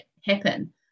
happen